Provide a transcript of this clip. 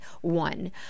one